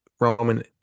Roman